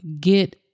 get